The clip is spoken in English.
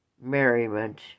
merriment